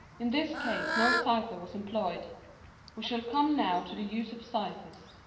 in this case no cypher was employed we shall come, now, to the use of cyphers.